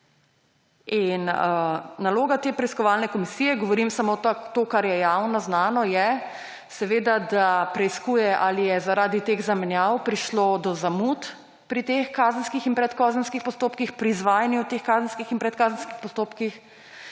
In naloga te preiskovalne komisije, govorim samo to, kar je javno znano, je seveda, da preiskuje, ali je zaradi teh zamenjav prišlo do zamud pri teh kazenskih in predkazenskih postopkih, pri izvajanju teh kazenskih in predkazenskih postopkov.